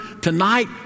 tonight